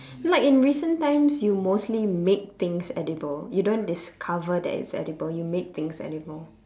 like in recent times you mostly make things edible you don't discover that it's edible you make things edible